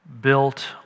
built